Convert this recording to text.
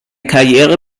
karriere